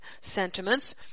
sentiments